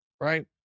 Right